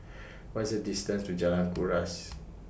What IS The distance to Jalan Kuras